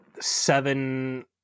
seven